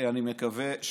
אני מקווה,